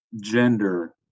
gender